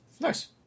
Nice